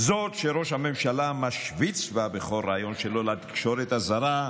זאת שראש הממשלה משוויץ בה בכל ריאיון שלו לתקשורת הזרה,